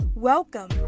Welcome